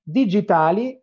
digitali